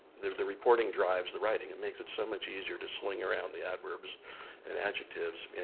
the the reporting drives the writing. it makes it so much easier to sling around the adverbs and adjectives,